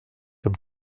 comme